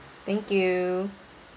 thank you